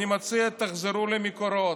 אני מציע שתחזרו למקורות.